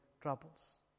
troubles